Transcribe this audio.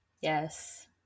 Yes